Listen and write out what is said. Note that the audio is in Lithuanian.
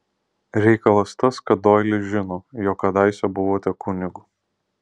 reikalas tas kad doilis žino jog kadaise buvote kunigu